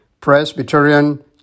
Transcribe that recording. Presbyterian